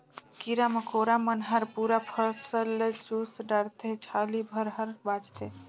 कीरा मकोरा मन हर पूरा फसल ल चुस डारथे छाली भर हर बाचथे